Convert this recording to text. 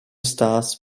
stars